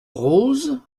rose